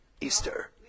Easter